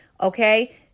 Okay